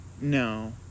No